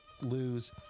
lose